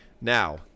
Now